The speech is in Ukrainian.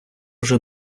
уже